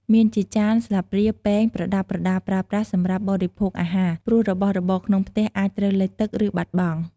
មានជាចាន ស្លាបព្រា ពែង ប្រដាប់ប្រដាប្រើប្រាស់សម្រាប់បរិភោគអាហារ ព្រោះរបស់របរក្នុងផ្ទះអាចត្រូវលិចទឹក ឬបាត់បង់។